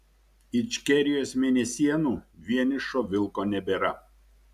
ičkerijos mėnesienų vienišo vilko nebėra